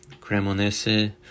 Cremonese